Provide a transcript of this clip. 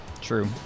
True